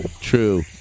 True